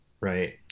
Right